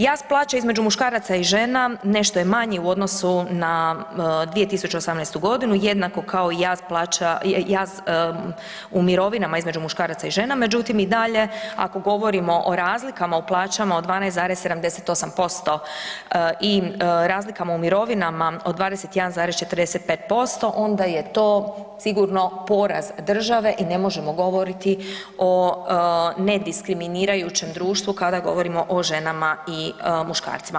Jaz plaća između muškaraca i žena nešto je manji u odnosu na 2018. g., jednako kao i jaz u mirovinama između muškaraca i žena međutim i dalje ako govorimo o razlikama u plaćama od 12,78% i razlikama u mirovinama od 21,45%, onda je to sigurno poraz države i ne možemo govoriti o nediskriminirajućem društvu kada govorimo o ženama i muškarcima.